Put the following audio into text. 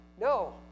No